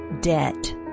Debt